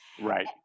Right